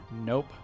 Nope